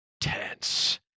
tense